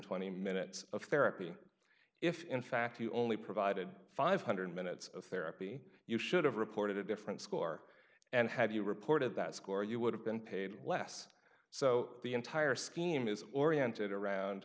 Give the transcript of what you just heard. twenty minutes of therapy if in fact you only provided five hundred minutes of therapy you should have reported a different score and had you reported that score you would have been paid less so the entire scheme is oriented around